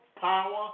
power